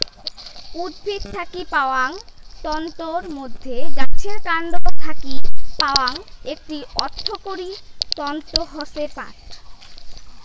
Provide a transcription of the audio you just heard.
উদ্ভিদ থাকি পাওয়াং তন্তুর মইধ্যে গাছের কান্ড থাকি পাওয়াং একটি অর্থকরী তন্তু হসে পাট